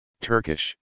Turkish